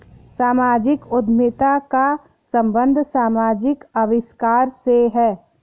सामाजिक उद्यमिता का संबंध समाजिक आविष्कार से है